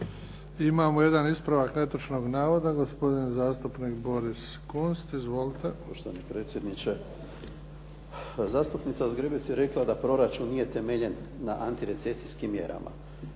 Imamo jedan ispravak netočnog navoda, gospodin zastupnik Boris Kunst. Izvolite. **Kunst, Boris (HDZ)** Poštovani predsjedniče. Zastupnica Zgrebec je rekla da proračun nije temeljen na antirecesijskim mjerama.